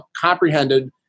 comprehended